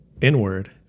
inward